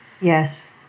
Yes